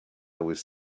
was